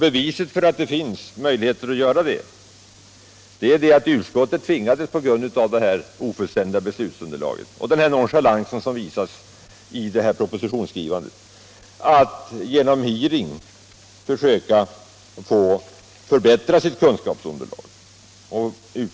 Beviset för att sådana möjligheter finns är att utskottet, just på grund av det ofullständiga beslutsunderlaget och nonchalansen i propositionsskrivandet, tvingades att genom hearing försöka förbättra sitt kunskapsunderlag.